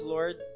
Lord